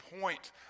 point